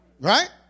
Right